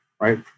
right